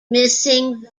missing